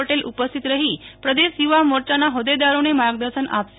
પટેલ ઉપસ્થિત રહી પ્રદેશ યુવા મોરયાના હોદેદારોને માર્ગદર્શન આપશે